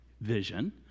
vision